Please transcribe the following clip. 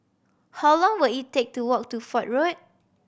how long will it take to walk to Fort Road